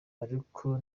ariko